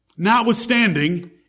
Notwithstanding